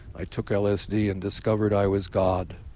i took lsd and discovered i was god,